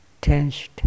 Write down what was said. tensed